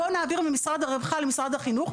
בואו נעביר ממשרד הרווחה למשרד החינוך,